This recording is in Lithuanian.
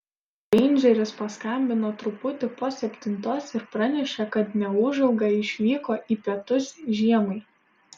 reindžeris paskambino truputį po septintos ir pranešė kad neūžauga išvyko į pietus žiemai